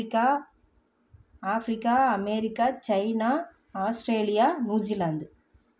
Africa Africa America China Australia New Zealand